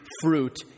fruit